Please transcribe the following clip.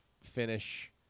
finish